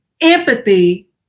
empathy